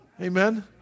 Amen